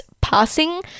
passing